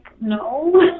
no